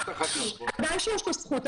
--- בוודאי שיש לו זכות.